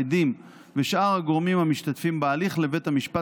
העדים ושאר הגורמים המשתתפים בהליך לבית המשפט.